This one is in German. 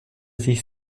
sich